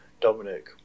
Dominic